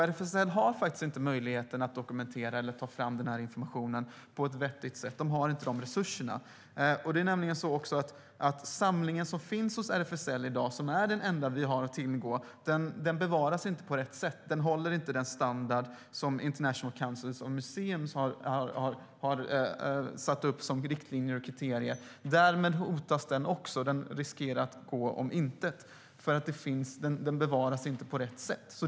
RFSL har inte möjligheten att dokumentera eller att ta fram informationen på ett vettigt sätt. De har inte de resurserna. Samlingen som finns hos RFSL i dag, som är den enda som vi har att tillgå, bevaras inte på rätt sätt. Den håller inte den standard som International Council of Museums har satt upp med riktlinjer och kriterier. Därmed hotas den också och riskerar att gå om intet eftersom den inte bevaras på rätt sätt.